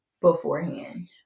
beforehand